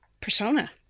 persona